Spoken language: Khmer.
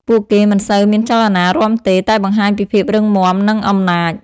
ពួកគេមិនសូវមានចលនារាំទេ តែបង្ហាញពីភាពរឹងមាំ និងអំណាច។